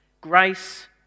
Grace